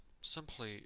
simply